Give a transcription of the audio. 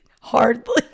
hardly